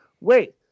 Wait